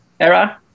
era